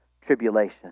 tribulation